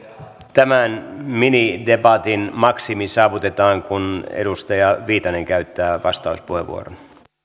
tämän minidebatin maksimi saavutetaan kun edustaja viitanen käyttää vastauspuheenvuoron kiitos